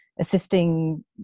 assisting